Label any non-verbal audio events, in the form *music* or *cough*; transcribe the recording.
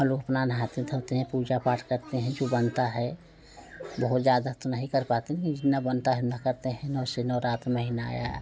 हम लोग अपना नहाते धोते हैं पूजा पाठ करते हैं फिर बनता है बहुत ज़्यादा तो नहीं कर पाते हैं *unintelligible* जितना बनता है उतना करते हैं नव से नवरात्र में नहाया